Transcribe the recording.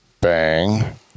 bang